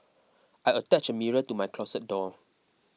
I attached a mirror to my closet door